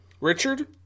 Richard